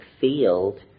field